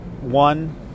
One